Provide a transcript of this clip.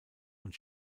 und